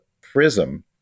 prism